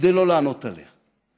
כדי לא לענות עליה: